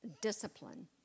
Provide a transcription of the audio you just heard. discipline